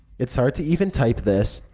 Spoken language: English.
it's hard to even type this,